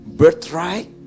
birthright